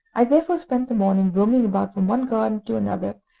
i therefore spent the morning roaming about from one garden to another,